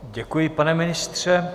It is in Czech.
Děkuji, pane ministře.